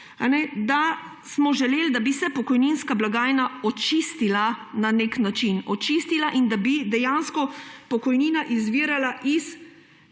da smo želeli, da bi se pokojninska blagajna očistila na nek način, očistila, in da bi dejansko pokojnina izvirala iz